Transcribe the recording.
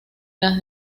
las